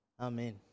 Amen